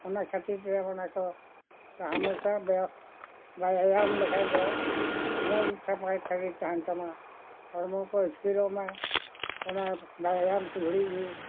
ᱚᱱᱟ ᱠᱷᱟᱹᱛᱤᱨ ᱛᱮ ᱚᱱᱟ ᱠᱚ ᱦᱟᱢᱮᱥᱟ ᱵᱮᱭᱟᱢ ᱞᱮᱠᱷᱟᱱ ᱫᱚ ᱢᱚᱡᱽ ᱥᱟᱯᱟᱭ ᱥᱚᱨᱤᱨ ᱛᱟᱦᱮᱱ ᱛᱟᱢᱟ ᱦᱚᱲᱢᱚ ᱠᱚ ᱤᱥᱠᱤᱨᱚᱜ ᱢᱮ ᱚᱱᱟ ᱵᱮᱭᱟᱢ ᱥᱮ ᱜᱷᱩᱲᱤ ᱜᱮ